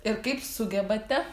ir kaip sugebate